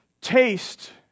taste